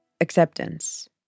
Acceptance